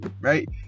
right